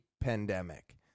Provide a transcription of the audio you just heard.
pandemic